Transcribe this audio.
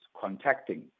contacting